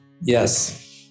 Yes